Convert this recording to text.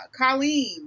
Colleen